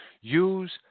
Use